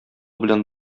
белән